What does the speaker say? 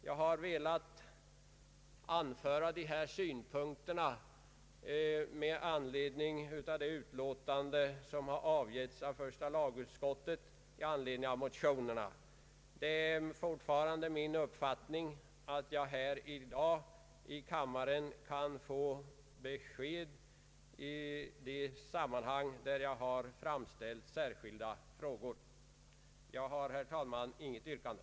Jag har velat anföra dessa synpunkter med anledning av första lagutskottets utlåtande i anledning av motionerna. Det är fortfarande min förhoppning att jag här i dag i kammaren skall kunna få besked i de sammanhang där jag framställt särskilda frågor. Jag har, herr talman, inte något yrkande.